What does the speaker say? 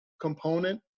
component